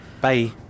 Bye